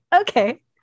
okay